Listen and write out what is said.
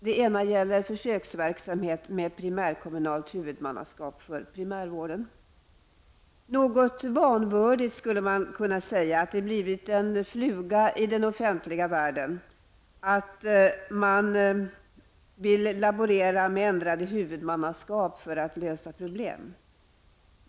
Det ena gäller försöksverksamhet med primärkommunalt huvudmannaskap för primärvården. Något vanvördigt skulle man kunna säga att det blivit en fluga i den offentliga världen att laborera med ändrade huvudmannaskap för att lösa problem.